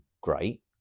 great